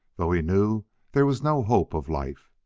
though he knew there was no hope of life.